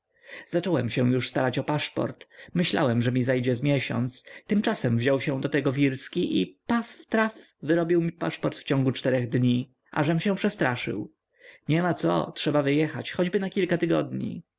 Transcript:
zacząłem się już starać o paszport myślałem że mi zejdzie z miesiąc tymczasem wziął się do tego wirski i paf traf wyrobił mi paszport w ciągu czterech dni ażem się przestraszył niema co trzeba wyjechać choćby na kilka tygodni